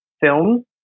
film